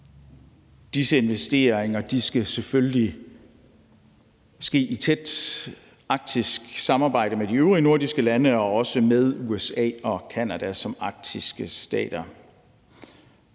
Disse investeringer skal selvfølgelig ske i tæt arktisk samarbejde med de øvrige nordiske lande og også med USA og Canada som arktiske stater,